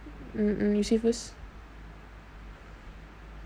mm mm you say first